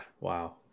wow